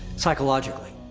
psychologically?